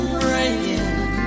praying